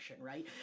right